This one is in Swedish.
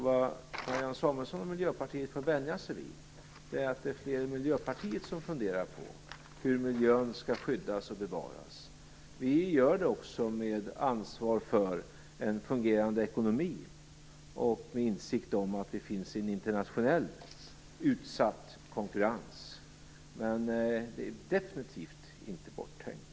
Vad Marianne Samuelsson och Miljöpartiet får vänja sig vid är att det är fler än Miljöpartiet som funderar på hur miljön skall skyddas och bevaras. Vi gör det med ansvar för en fungerande ekonomi och med insikt om att det finns en internationell konkurrens, men miljön är definitivt inte borttänkt.